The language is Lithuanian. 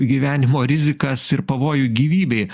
gyvenimo rizikas ir pavojų gyvybei